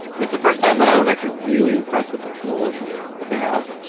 is the first time that i was actually really impressed with the tools that they have.